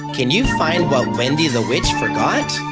can you find what wendy the witch forgot?